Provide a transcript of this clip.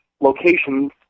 locations